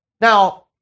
Now